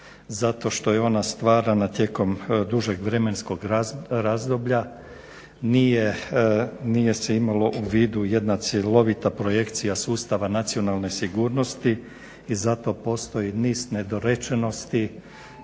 zato što je ona stvarana tijekom dužeg vremenskog razdoblja, nije se imalo u vidu jedna cjelovita projekcija sustava nacionalne sigurnosti i zato postoji niz nedorečenosti